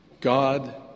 God